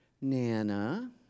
Nana